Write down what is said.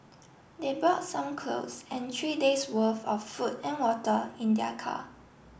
they brought some clothes and three days worth of food and water in their car